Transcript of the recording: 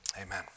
amen